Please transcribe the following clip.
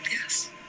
Yes